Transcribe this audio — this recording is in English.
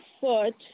foot